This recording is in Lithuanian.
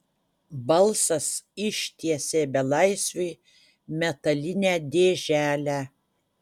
balsas ištiesė belaisviui metalinę dėželę